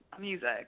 Music